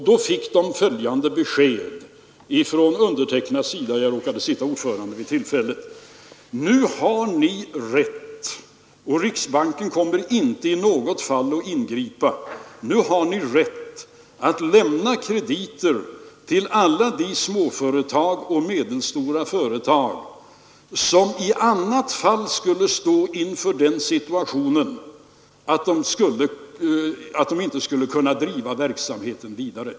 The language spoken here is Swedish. Då fick de följande besked från min sida — jag råkade sitta ordförande vid tillfället: Nu har ni rätt — och riksbanken kommer inte i något fall att ingripa — att lämna krediter till alla de små och medelstora företag som i annat fall skulle stå inför den situationen att de inte skulle kunna driva verksamheten vidare.